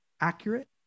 accurate